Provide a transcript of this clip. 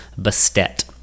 Bastet